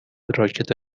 راکت